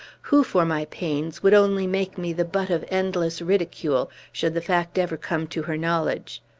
who, for my pains, would only make me the butt of endless ridicule, should the fact ever come to her knowledge.